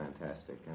fantastic